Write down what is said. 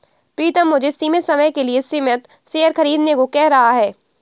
प्रितम मुझे सीमित समय के लिए सीमित शेयर खरीदने को कह रहा हैं